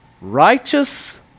Righteous